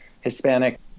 Hispanic